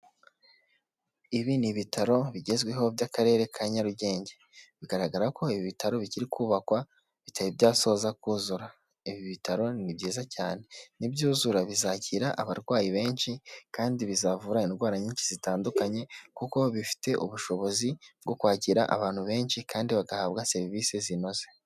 Ibi ni ibitaro bigezweho by'akarere ka Nyarugenge bigaragara ko ibi bitaro bikiri kubakwa bitari byasoza kuzura, ibi bitaro ni byiza cyane nibyuzura bizakira abarwayi benshi kandi bizavura indwara nyinshi zitandukanye kuko bifite ubushobozi bwo kwakira abantu benshi kandi bagahabwa serivisi zinoze.